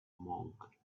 monk